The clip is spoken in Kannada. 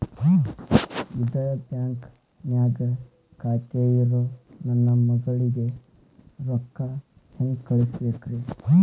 ಇದ ಬ್ಯಾಂಕ್ ನ್ಯಾಗ್ ಖಾತೆ ಇರೋ ನನ್ನ ಮಗಳಿಗೆ ರೊಕ್ಕ ಹೆಂಗ್ ಕಳಸಬೇಕ್ರಿ?